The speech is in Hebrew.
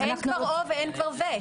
אין כבר "או" ואין כבר "ו".